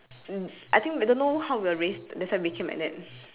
I think we don't know how we're raised that's why became like that